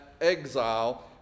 exile